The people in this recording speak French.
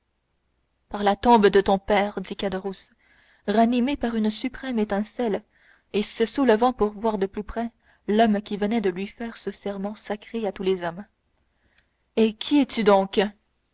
par la tombe de ton père dit caderousse ranimé par une suprême étincelle et se soulevant pour voir de plus près l'homme qui venait de lui faire ce serment sacré à tous les hommes eh qui es-tu donc